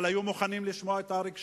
אבל היו מוכנים שם לשמוע את אריק שרון.